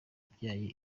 ryabaye